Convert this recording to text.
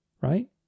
right